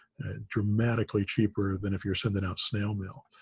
dramatically cheaper than if your sending out snail mail.